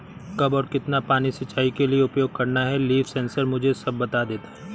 कब और कितना पानी सिंचाई के लिए उपयोग करना है लीफ सेंसर मुझे सब बता देता है